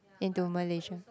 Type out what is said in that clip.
into Malaysia